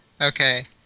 Okay